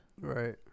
Right